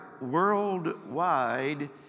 worldwide